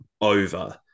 over